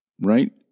right